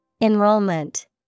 Enrollment